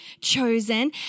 chosen